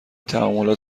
تعاملات